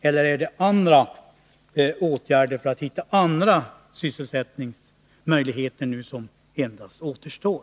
Eller är det endast åtgärder för att hitta andra sysselsättningsmöjligheter som nu återstår?